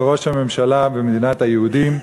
לראש הממשלה במדינת היהודים,